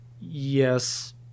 yes